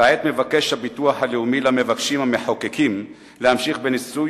כעת מבקש הביטוח הלאומי ומבקשים המחוקקים להמשיך בניסוי